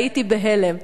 והייתי בהלם,